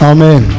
Amen